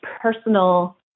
personal